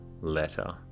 letter